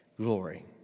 Glory